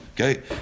Okay